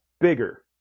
bigger